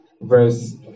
verse